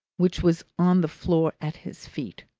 which was on the floor at his feet.